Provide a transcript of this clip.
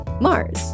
Mars